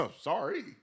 sorry